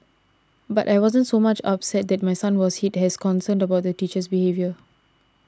but I wasn't so much upset that my son was hit as concerned about the teacher's behaviour